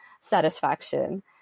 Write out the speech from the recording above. satisfaction